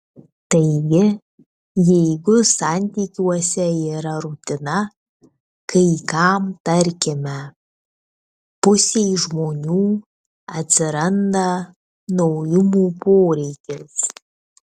taigi jeigu santykiuose yra rutina kai kam tarkime pusei žmonių atsiranda naujumų poreikis